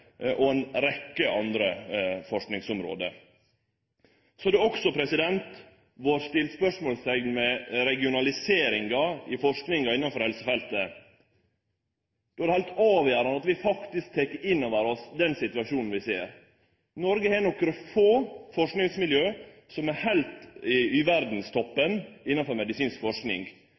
og ei rekkje andre forskingsområde. Så har det også vore sett spørjeteikn ved regionaliseringa i forskinga innanfor helsefeltet. Då er det heilt avgjerande at vi faktisk tek inn over oss den situasjonen vi ser. Noreg har nokre få forskingsmiljø som er heilt i verdstoppen innanfor medisinsk forsking.